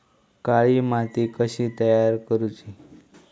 काळी माती कशी तयार करूची?